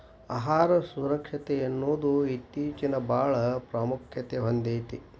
ಆಹಾರ ಸುರಕ್ಷತೆಯನ್ನುದು ಇತ್ತೇಚಿನಬಾಳ ಪ್ರಾಮುಖ್ಯತೆ ಹೊಂದೈತಿ